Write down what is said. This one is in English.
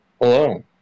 Hello